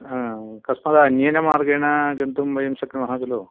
कस्मात् अन्येन मार्गेण गन्तुं वयं शक्नुमः खलु